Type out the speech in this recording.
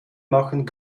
machen